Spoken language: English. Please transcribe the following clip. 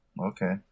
Okay